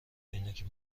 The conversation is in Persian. اینکه